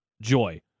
joy